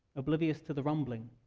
oblivious to the rumbling?